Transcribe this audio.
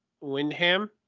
Windham